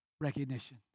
recognition